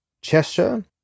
Cheshire